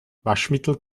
waschmittel